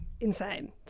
Insane